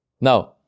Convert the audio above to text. Now